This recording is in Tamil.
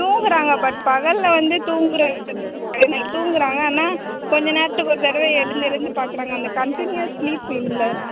தூங்குகிறாங்க பட் பகலில் வந்து தூங்குகிறது கிடையாது நைட் தூங்குகிறாங்க ஆனால் கொஞ்சம் நேரத்துக்கு ஒரு தடவை எழுந்து எழுந்து பார்க்குறாங்க அந்த கண்டினியஸ் ஸ்லீப் இல்லை